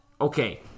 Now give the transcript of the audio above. Okay